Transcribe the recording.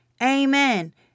amen